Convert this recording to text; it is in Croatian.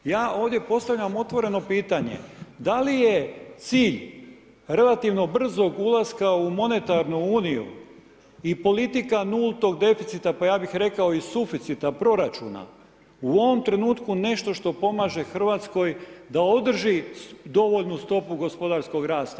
Ja ovdje postavljam otvoreno pitanje da li je cilj relativno brzog ulaska u monetarnu Uniju i politika nultog deficita pa ja bih rekao i suficita proračuna u ovom trenutku nešto što pomaže Hrvatskoj da održi dovoljnu stopu gospodarskog rasta.